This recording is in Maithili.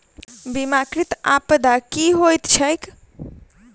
बीमाकृत आपदा की होइत छैक?